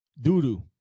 doo-doo